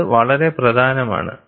അത് വളരെ പ്രധാനമാണ്